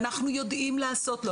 ואנחנו יודעים לעשות לו,